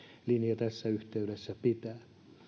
linja tässä yhteydessä pitää